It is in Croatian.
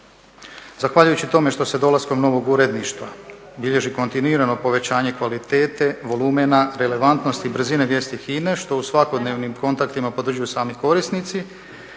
Zahvaljujući tome što se dolaskom novog uredništva bilježi kontinuirano povećanje kvalitete, volumena, relevantnosti i brzine vijesti HINA-e što u svakodnevnim kontaktima potvrđuju sami korisnici,